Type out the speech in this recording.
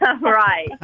Right